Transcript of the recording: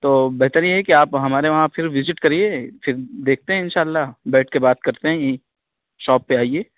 تو بہتر یہی ہے کہ آپ ہمارے وہاں پھر وزٹ کریے پھر دیکھتے ہیں ان شاء للہ بیٹھ کے بات کرتے ہیں یہیں شاپ پہ آئیے